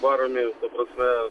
varomi ta prasme